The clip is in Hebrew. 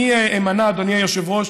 אדוני היושב-ראש,